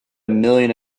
million